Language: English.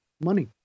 money